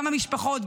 גם המשפחות,